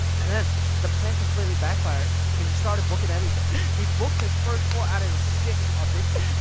and then the plan completely backfired because he started booking everything he booked his first four out of his six auditions,